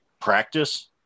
practice